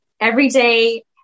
everyday